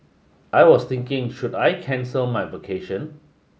I was thinking should I cancel my vacation